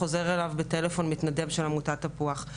חוזר אליו בטלפון מתנדב של עמותת תפוח.